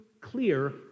clear